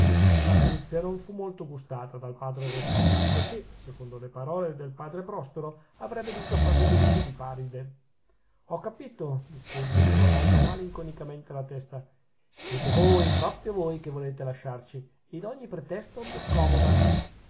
peso l'arguzia non fu molto gustata dal padre restituto che secondo le parole del padre prospero avrebbe dovuto far le veci di paride ho capito diss'egli crollando malinconicamente la testa siete voi proprio voi che volete lasciarci ed ogni pretesto vi accomoda